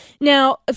Now